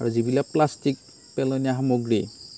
আৰু যিবিলাক প্লাষ্টিক পেলনীয়া সামগ্ৰী